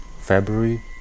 February